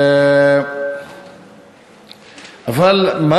אבל מה